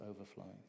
overflowing